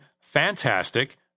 Fantastic